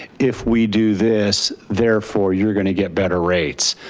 if we do this, therefore you're going to get better rates.